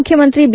ಮುಖ್ಣಮಂತ್ರಿ ಬಿ